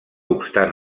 obstant